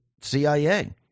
CIA